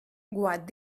what